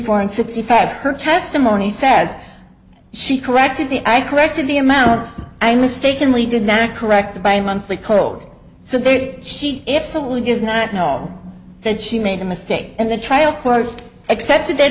and sixty five her testimony says she corrected the i corrected the amount i mistakenly did not corrected my monthly code so big she absolutely does not know that she made a mistake and the trial court accepted their